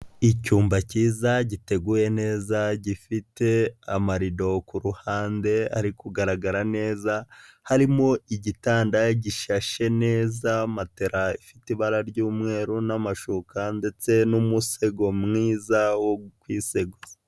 Icyumba cyiza giteguye neza, gifite amarido ku ruhande ari kugaragara neza, harimo igitanda gishashe neza matera ifite ibara ry'umweru n'amashuka ndetse n'umusego mwiza wo kwiseguza.